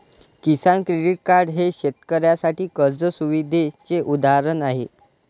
किसान credit card हे शेतकऱ्यांसाठी कर्ज सुविधेचे उदाहरण आहे